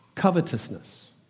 covetousness